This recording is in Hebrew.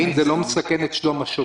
האם זה לא מסכן את שלום השוטרים?